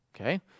Okay